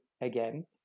again